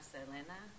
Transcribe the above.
Selena